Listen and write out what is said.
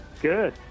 Good